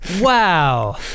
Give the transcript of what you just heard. wow